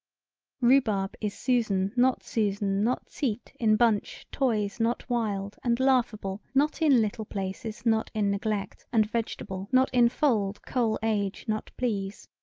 rhubarb is susan not susan not seat in bunch toys not wild and laughable not in little places not in neglect and vegetable not in fold coal age not please.